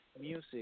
music